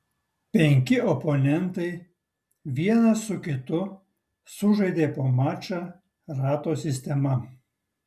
penki oponentai vienas su kitu sužaidė po mačą rato sistema